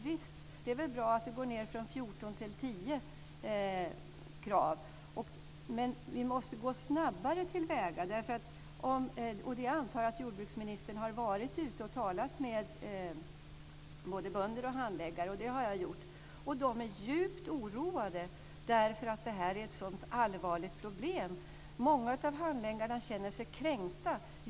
Visst är det bra att det går ned från 14 till 10, men vi måste gå snabbare till väga. Jag antar att jordbruksministern har varit ute och talat med både bönder och handläggare. Det har jag gjort, och de är djupt oroade eftersom detta är ett så allvarligt problem. Många av handläggarna känner sig kränkta.